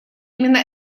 именно